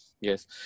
yes